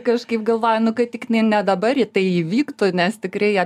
kažkaip galvojau nu kad tik ne dabar tai įvyktų nes tikrai